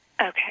Okay